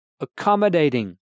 accommodating